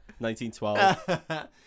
1912